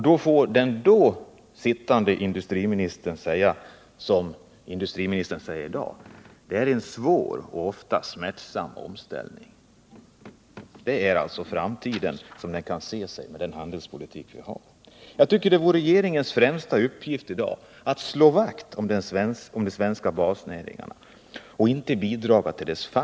Då får den då sittande industriministern säga som industriministern säger i dag: Det är en svår och ofta smärtsam omställning. Det är alltså framtiden som den kan te sig med den handelspolitik vi har. — Nr 31 Jag tycker att det vore regeringens främsta uppgift i dag att slå vakt om de svenska basnäringarna och inte bidraga till deras fall.